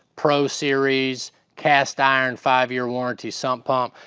pro series, cast iron, five-year warranty sump pump.